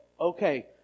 okay